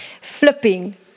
flipping